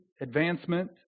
advancement